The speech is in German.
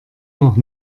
noch